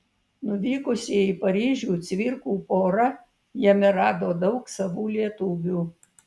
nuvykusi į paryžių cvirkų pora jame rado daug savų lietuvių